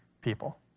people